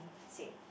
same